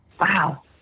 Wow